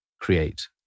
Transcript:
create